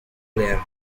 player